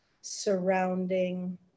surrounding